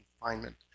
confinement